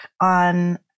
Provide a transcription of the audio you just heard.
on